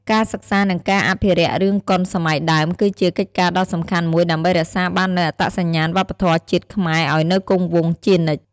ការសិក្សា និងការអភិរក្សរឿងកុនសម័យដើម គឺជាកិច្ចការដ៏សំខាន់មួយដើម្បីរក្សាបាននូវអត្តសញ្ញាណវប្បធម៌ជាតិខ្មែរឱ្យនៅគង់វង្សជានិច្ច។